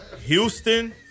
Houston